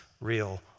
real